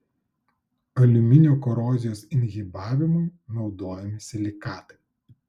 aliuminio korozijos inhibavimui naudojami silikatai